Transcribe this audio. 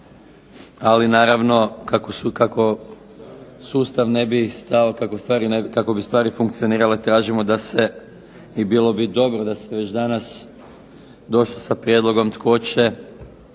bi stao, kako bi stvari funkcionirale tražimo da se, i bilo bi dobro da ste već danas došli sa prijedlogom tko će